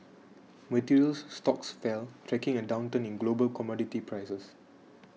materials stocks fell tracking a downturn in global commodity prices